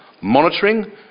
monitoring